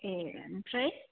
ए आमफ्राय